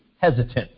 hesitant